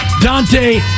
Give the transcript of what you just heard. Dante